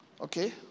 Okay